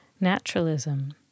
naturalism